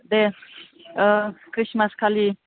दे औ ख्रिस्टमासखालि